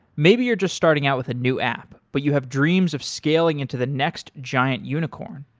maybe you are just starting out with a new app but you have dreams of scaling into the next giant unicorn.